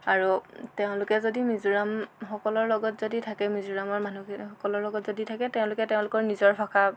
আৰু তেওঁলোকে যদি মিজোৰামসকলৰ লগত যদি থাকে মিজোৰামৰ মনুহখিনিসকলৰ লগত যদি থাকে তেওঁলোকে তেওঁলোকৰ নিজৰ ভাষা